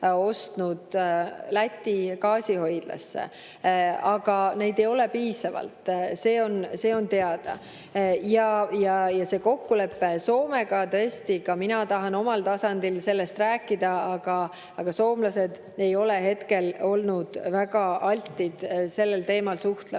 ostnud Läti gaasihoidlasse. Aga neid ei ole piisavalt, see on teada. Ja see kokkulepe Soomega – tõesti, ka mina tahan omal tasandil sellest rääkida, aga soomlased ei ole hetkel olnud väga altid sellel teemal suhtlema